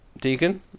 deacon